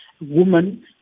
woman